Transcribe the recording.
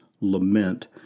lament